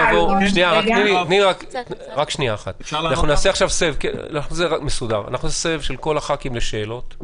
נעשה סבב של כל חברי הכנסת לשאלות,